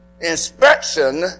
inspection